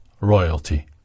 royalty